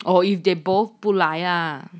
or if they both 不来呀